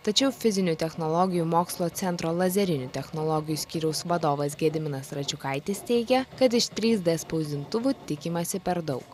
tačiau fizinių technologijų mokslo centro lazerinių technologijų skyriaus vadovas gediminas račiukaitis teigia kad iš trys d spausdintuvų tikimasi per daug